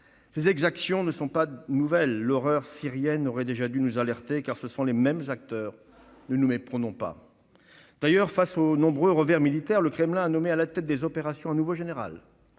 Ces exactions ne sont pas nouvelles : l'horreur syrienne aurait déjà dû nous alerter, car ce sont les mêmes acteurs- ne nous méprenons pas. D'ailleurs, face aux nombreux revers militaires, le Kremlin a nommé à la tête des opérations un nouveau général,